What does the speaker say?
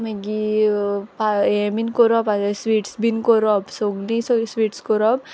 मागी हें बीन कोरोप आहलें स्विट्स बीन कोरोप सोगलीं सोगलीं स्विट्स कोरोप